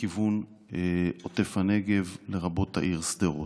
בעיקר לכיוון עוטף הנגב והעיר שדרות.